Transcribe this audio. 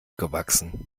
gewachsen